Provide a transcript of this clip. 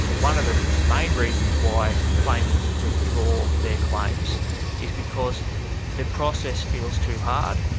one of the main reasons why claimants withdraw their claims is because the process feels too hard,